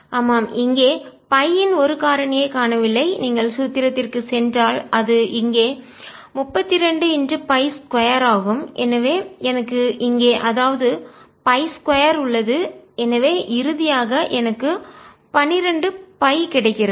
ஆமாம்இங்கே pi இன் ஒரு காரணியை காணவில்லை நீங்கள் சூத்திரத்திற்கு சென்றால் அது இங்கே 32π2 ஆகும் எனவே எனக்கு இங்கே அதாவது π2 உள்ளது எனவே இறுதியாக எனக்கு 12 π கிடைக்கிறது